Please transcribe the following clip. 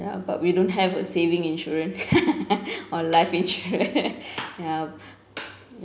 ya but we don't have a saving insurance or life insurance ya